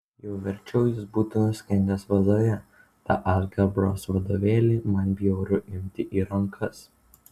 jau verčiau jis būtų nuskendęs vazoje tą algebros vadovėlį man bjauru imti į rankas